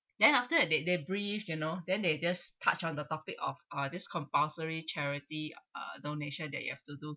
then after that they they brief you know then they just touch on the topic of uh this compulsory charity uh donation that you have to do